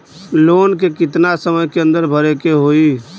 Loan के कितना समय के अंदर भरे के होई?